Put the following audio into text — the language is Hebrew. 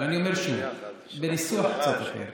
אבל אני אומר שוב, בניסוח קצת שונה: